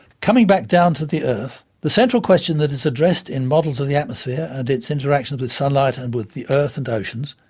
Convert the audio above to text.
coming back down to earth, the central question that is addressed in models of the atmosphere, and its interactions with sunlight and with the earth and oceans,